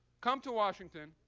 come to washington.